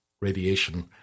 radiation